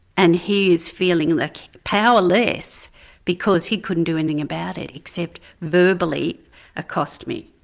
and he is feeling like powerless because he couldn't do anything about it, except verbally accost me.